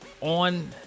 on